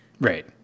Right